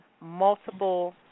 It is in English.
multiple